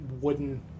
wooden